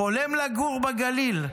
חולם לגור בגליל.